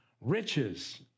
riches